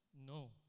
no